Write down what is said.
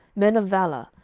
men of valour,